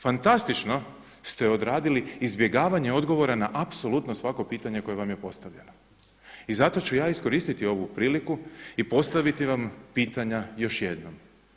Fantastično ste odradili izbjegavanje odgovora na apsolutno svako pitanje koje vam je postavljeno i zato ću ja iskoristiti ovu priliku i postaviti vam pitanja još jednom.